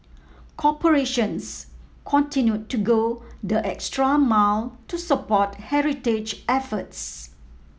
corporations continued to go the extra mile to support heritage efforts